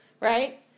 right